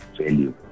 value